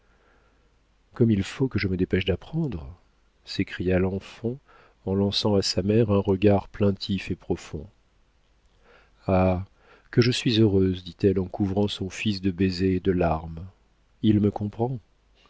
comme il faut que je me dépêche d'apprendre s'écria l'enfant en lançant à sa mère un regard plaintif et profond ah que je suis heureuse dit-elle en couvrant son fils de baisers et de larmes il me comprend